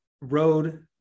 road